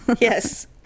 Yes